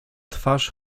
twarz